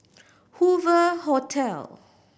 Hoover Hotel